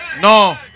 No